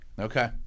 Okay